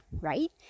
right